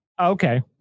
Okay